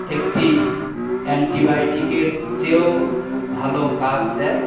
একটি অ্যান্টিবায়োটিকের চেয়েও ভালো কাজ দেয়